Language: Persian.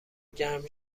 گرم